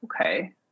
Okay